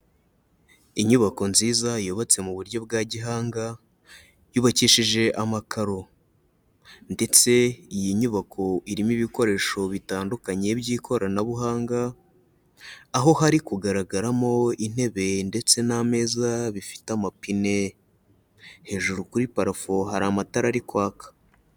Inyubako nziza yubatse mu buryo bwa gihanga, yubakishije amakaro ndetse iyi nyubako irimo ibikoresho bitandukanye by'ikoranabuhanga, aho hari kugaragaramo intebe ndetse n'ameza bifite amapine, hejuru kuri parafo hari amatara ari kwaka.